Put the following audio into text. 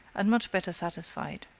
and much better satisfied.